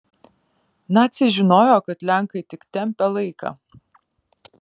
naciai žinojo kad lenkai tik tempia laiką